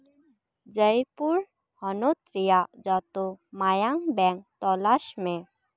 ᱡᱚᱭᱯᱩᱨ ᱦᱚᱱᱚᱛ ᱨᱮᱭᱟᱜ ᱡᱚᱛᱚ ᱢᱟᱭᱟᱢ ᱵᱮᱝᱠ ᱛᱚᱞᱟᱥ ᱢᱮ